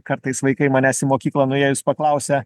kartais vaikai manęs į mokyklą nuėjus paklausia